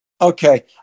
Okay